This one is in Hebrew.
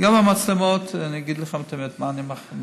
וגם המצלמות, אני אגיד לך את האמת למה אני מחכה: